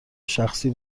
شخصی